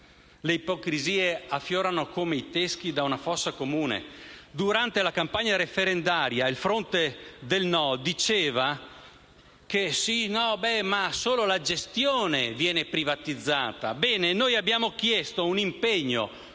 Le ipocrisie affiorano come i teschi da una fossa comune. Durante la campagna referendaria il fronte del «no» diceva che solo la gestione sarebbe stata privatizzata.